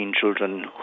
children